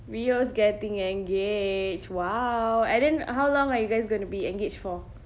rio's getting engaged !wow! and then how long are you guys going to be engaged for